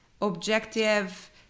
objective